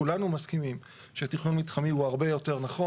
כולנו מסכימים שתכנון מתחמי הוא הרבה יותר נכון.